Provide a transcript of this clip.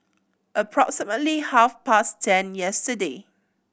approximately half past ten yesterday